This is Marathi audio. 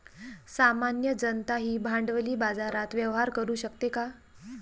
सामान्य जनताही भांडवली बाजारात व्यवहार करू शकते का?